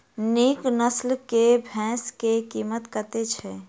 नीक नस्ल केँ भैंस केँ कीमत कतेक छै?